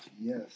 Yes